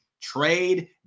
trade